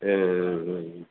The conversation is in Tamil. ஆ ஆ ஆ